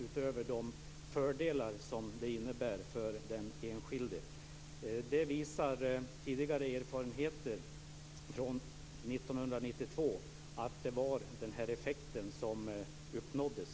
Utöver de fördelar det innebär för den enskilde får vi på sikt också en ekonomisk lönsamhet. Erfarenheter från 1992 visar att denna effekt uppnås.